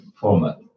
format